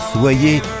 Soyez